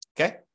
Okay